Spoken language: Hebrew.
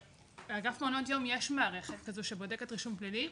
לאגף מעונות יום יש מערכת כזו שבודקת רישום פלילי.